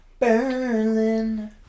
Berlin